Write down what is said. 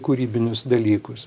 kūrybinius dalykus